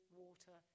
water